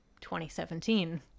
2017